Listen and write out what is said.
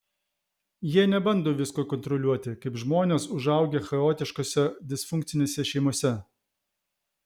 jie nebando visko kontroliuoti kaip žmonės užaugę chaotiškose disfunkcinėse šeimose